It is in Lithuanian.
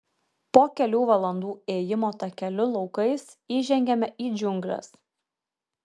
po kelių valandų ėjimo takeliu laukais įžengiame į džiungles